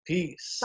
Peace